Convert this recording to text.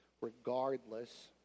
regardless